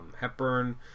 Hepburn